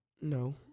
No